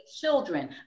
Children